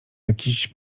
jakiejś